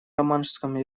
романшском